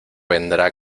vendrá